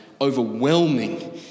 overwhelming